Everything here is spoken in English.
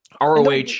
roh